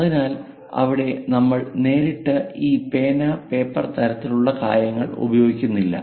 അതിനാൽ അവിടെ നമ്മൾ നേരിട്ട് ഈ പേന പേപ്പർ തരത്തിലുള്ള കാര്യങ്ങൾ ഉപയോഗിക്കുന്നില്ല